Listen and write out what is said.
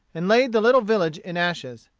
and laid the little village in ashes.